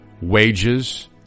wages